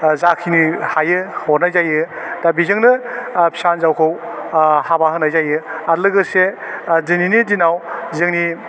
ओह जाखिनि हायो हरनाय जायो दा बेजोंनो आह फिसा हिन्जावखौ आह हाबा होनाय जायो आर लोगोसे ह दिनैनि दिनाव जोंनि